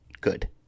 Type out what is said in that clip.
Good